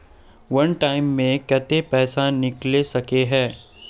वन time मैं केते पैसा निकले सके है?